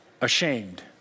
ashamed